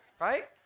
right